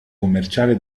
commerciale